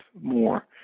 more